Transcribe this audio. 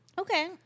Okay